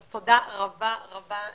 אז תודה רבה רבה לכולכם.